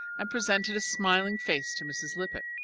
and presented a smiling face to mrs. lippett.